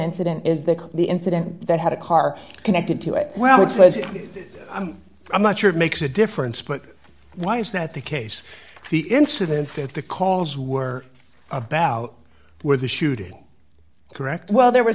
incident is that the incident that had a car connected to it well it was i'm not sure it makes a difference but why is that the case the incident that the calls were about where the shooting correct well there